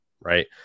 right